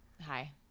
Hi